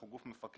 אנחנו גוף מפקח.